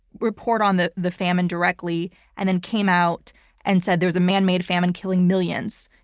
report on the the famine directly and then came out and said, there was a man-made famine killing millions.